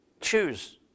Choose